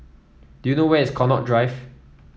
do you know where is Connaught Drive